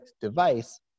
device